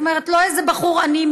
זאת אומרת לא איזה בחור עני,